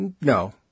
No